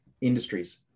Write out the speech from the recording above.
industries